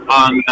on